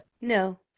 No